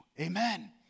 Amen